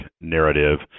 narrative